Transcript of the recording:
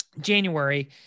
January